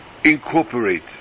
Incorporate